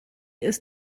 ist